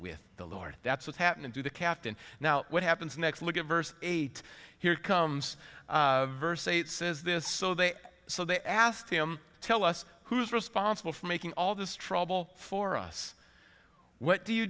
with the lord that's what's happening to the captain now what happens next look at verse eight here comes verse eight says this so they so they asked him to tell us who's responsible for making all this trouble for us what do you